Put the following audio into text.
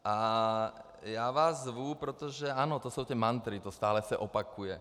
A já vás zvu, protože, ano, to jsou ty mantry, to se stále opakuje.